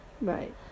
right